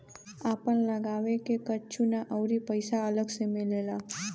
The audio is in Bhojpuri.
आपन लागे आवे के कुछु ना अउरी पइसा अलग से मिलेला